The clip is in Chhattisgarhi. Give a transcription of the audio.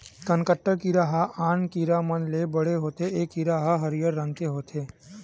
कनकट्टा कीरा ह आन कीरा मन ले बड़े होथे ए कीरा ह हरियर रंग के होथे